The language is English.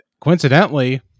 Coincidentally